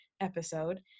episode